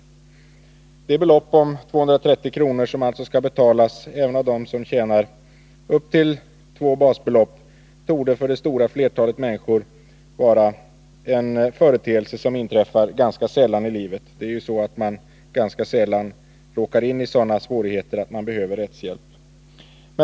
Beträffande det belopp om 230 kr., som alltså skall betalas även av dem som tjänar upp till två basbelopp, torde det för det stora flertalet människor röra sig om en företeelse som inträffar ganska sällan i livet. Man råkar ju inte så ofta i sådana svårigheter att det behövs rättshjälp.